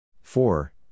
four